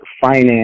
finance